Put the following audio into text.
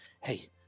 hey